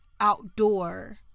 outdoor